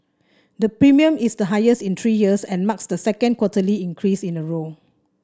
the premium is the highest in three years and marks the second quarterly increase in a row